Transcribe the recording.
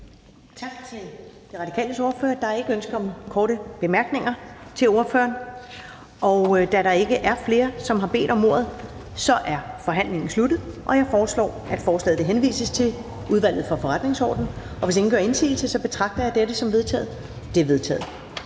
Tak til De Radikales ordfører. Der er ikke ønske om korte bemærkninger til ordføreren. Da der ikke er flere, som har bedt om ordet, er forhandlingen sluttet. Jeg foreslår, at forslaget henvises til Udvalget for Forretningsordenen. Hvis ingen gør indsigelse, betragter jeg dette som vedtaget. Det er vedtaget.